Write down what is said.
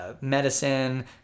medicine